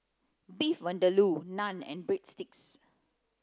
Beef Vindaloo Naan and Breadsticks